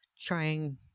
trying